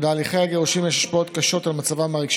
היו שהבהילו אותנו עם המגפה השחורה, הספרדית,